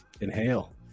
inhale